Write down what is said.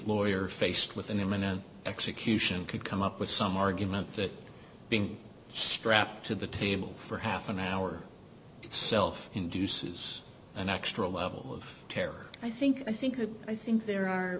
lawyer faced with an imminent execution could come up with some argument that being strapped to the table for half an hour itself induces an extra level of terror i think i think i think there are